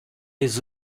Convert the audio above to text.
jest